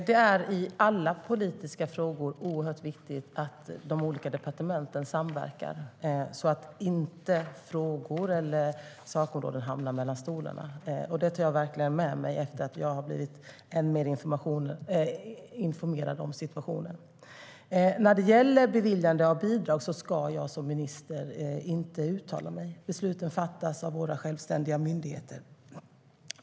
Herr talman! I alla politiska frågor är det oerhört viktigt att de olika departementen samverkar så att frågor och sakområden inte hamnar mellan stolarna. Jag tar verkligen med mig detta, nu när jag har blivit ännu mer informerad om situationen. När det gäller beviljande av bidrag ska jag som minister inte uttala mig, utan besluten fattas av våra självständiga myndigheter.